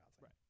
Right